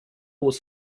was